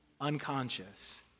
unconscious